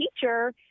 teacher